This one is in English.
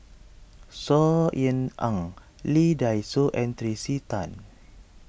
Saw Ean Ang Lee Dai Soh and Tracey Tan